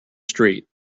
street